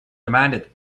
demanded